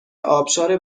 ابشار